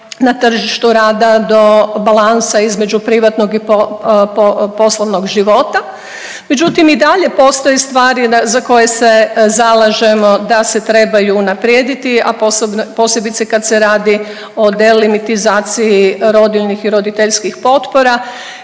na tržištu rada do balansa između privatnog i poslovnog života. Međutim i dalje postoje stvari za koje se zalažemo da se trebaju unaprijediti, a posebice kad se radi o delimitizaciji rodiljnih i roditeljskih potpora